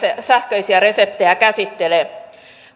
sähköisiä reseptejä käsittelee